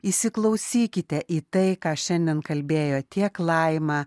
įsiklausykite į tai ką šiandien kalbėjo tiek laima